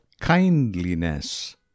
kindliness